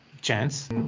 chance